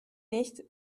nicht